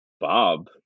Bob